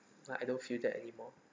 like I don't feel that anymore